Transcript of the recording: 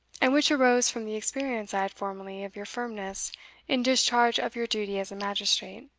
and which arose from the experience i had formerly of your firmness in discharge of your duty as a magistrate,